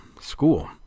school